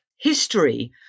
history